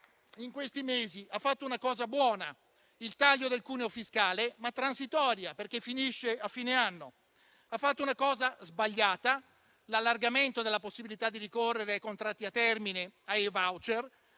in questi mesi ha fatto una cosa buona, il taglio del cuneo fiscale, ma transitoria perché finisce a fine anno. Ha fatto una cosa sbagliata, l'allargamento della possibilità di ricorrere ai contratti a termine, ai *voucher*,